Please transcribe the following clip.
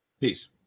Peace